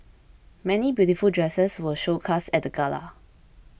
many beautiful dresses were showcased at the gala